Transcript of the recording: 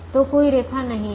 तो कोई रेखा नहीं है